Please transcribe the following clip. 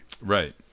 right